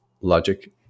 logic